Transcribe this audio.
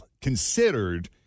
considered